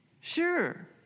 sure